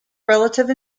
relative